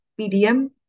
PDM